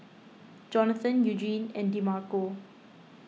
Jonathan Eugenie and Demarco